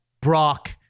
Brock